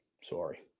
sorry